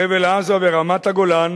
חבל-עזה ורמת-הגולן